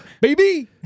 Baby